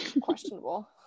questionable